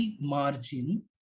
margin